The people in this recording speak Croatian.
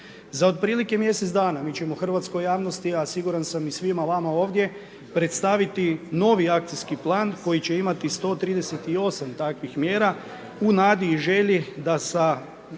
Za otprilike mjesec dana mi ćemo hrvatskoj javnosti a siguran sam i svima vama ovdje predstaviti novi akcijski plan koji će imati 138 takvih mjera u nadi i želji da sa